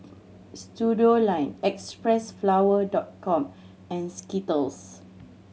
Studioline Xpressflower Dot Com and Skittles